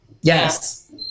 yes